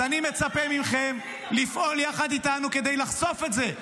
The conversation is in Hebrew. אז אני מצפה מכם לפעול יחד איתנו כדי לחשוף את זה,